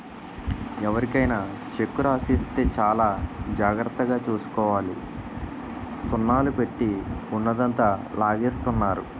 ఎవరికైనా చెక్కు రాసి ఇస్తే చాలా జాగ్రత్తగా చూసుకోవాలి సున్నాలు పెట్టి ఉన్నదంతా లాగేస్తున్నారు